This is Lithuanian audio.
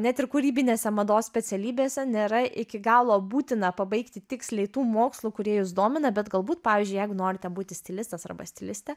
net ir kūrybinėse mados specialybėse nėra iki galo būtina pabaigti tiksliai tų mokslų kurie jus domina bet galbūt pavyzdžiui jeigu norite būti stilistas arba stilistė